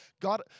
God